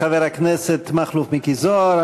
תודה לחבר הכנסת מכלוף מיקי זוהר.